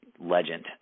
legend